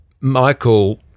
Michael